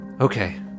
okay